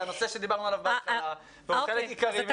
זה הנושא שדיברנו עליו בהתחלה והוא חלק עיקרי מהדיון.